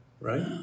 right